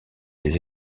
des